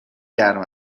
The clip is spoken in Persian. گرم